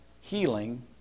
healing